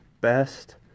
best